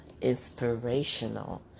inspirational